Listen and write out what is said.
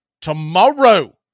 tomorrow